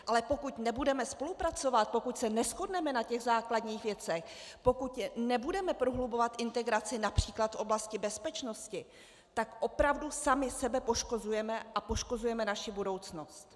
Ale pokud nebudeme spolupracovat, pokud se neshodneme na těch základních věcech, pokud nebudeme prohlubovat integraci např. v oblasti bezpečnosti, tak opravdu sami sebe poškozujeme a poškozujeme naši budoucnost.